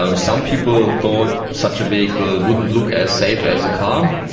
um some people thought such a vehicle wouldn't look as safe as a car, um